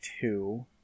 two